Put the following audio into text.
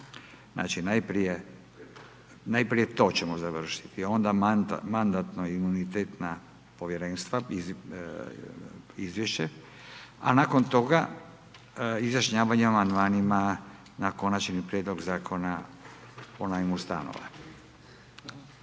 Znači najprije to ćemo završiti onda mandatno imunitetna povjerenstva izvješće. A nakon toga, izjašnjavanje o amandmanima, na konačni prijedlog zakona o najmu stanova.